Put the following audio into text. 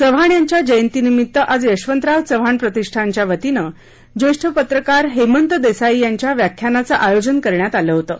चव्हाण यांच्या जयंतीनिमित्त आज यशवंतराव चव्हाण प्रतिष्ठानच्या वतीनं ज्येष्ठ पत्रकार हेमंत देसाई यांच्या व्याख्यानाचं आयोजन करण्यात आलं होतं